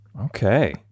Okay